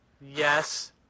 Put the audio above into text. Yes